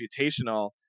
computational